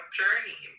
journey